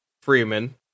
Freeman